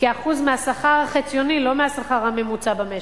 כאחוז מהשכר החציוני ולא מהשכר הממוצע במשק,